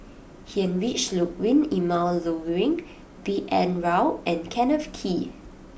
Heinrich Ludwig Emil Luering B N Rao and Kenneth Kee